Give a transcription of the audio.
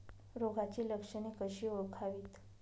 रोगाची लक्षणे कशी ओळखावीत?